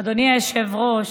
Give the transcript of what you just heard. אדוני היושב-ראש,